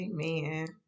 Amen